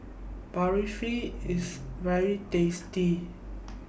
Barfi IS very tasty